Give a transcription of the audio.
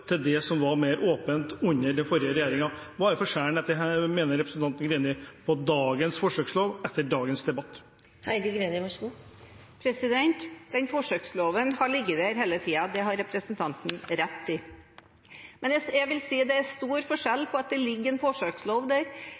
til det som var mer åpent under den forrige regjeringen? Hva mener representanten Greni er forskjellen på dagens forsøkslov, etter dagens debatt? Forsøksloven har ligget der hele tiden – det har representanten Skjelstad rett i. Jeg vil si det utgjør en stor forskjell at det ligger en forsøkslov der